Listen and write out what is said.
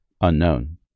Unknown